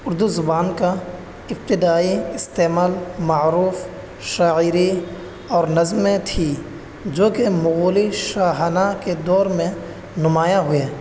اردو زبان کا ابتدائی استعمال معروف شاعری اور نظمیں تھی جوکہ مغلی شاہانہ کے دور میں نمایاں ہوئے